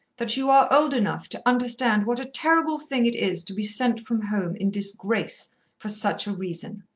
that you are old enough to understand what a terrible thing it is to be sent from home in disgrace for such a reason.